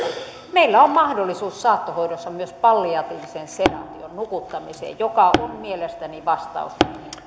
meillä on mahdollisuus saattohoidossa myös palliatiiviseen sedaatioon nukuttamiseen joka on mielestäni vastaus